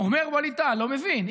אומר ווליד טאהא: לא מבין,